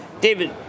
David